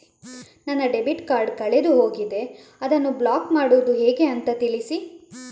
ನನ್ನ debit card ಕಳೆದು ಹೋಗಿದೆ, ಅದನ್ನು ಬ್ಲಾಕ್ ಮಾಡುವುದು ಹೇಗೆ ಅಂತ ತಿಳಿಸಿ?